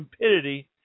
impidity